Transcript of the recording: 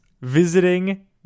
visiting